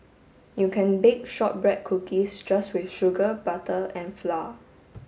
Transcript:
you can bake shortbread cookies just with sugar butter and flour